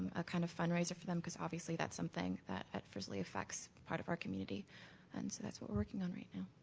a kind of fundraising for them because obviously that's something that adversely affects part of our community and so that's what we're working on right now.